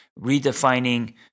redefining